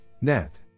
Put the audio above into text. net